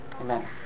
amen